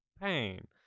pain